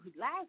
last